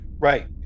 right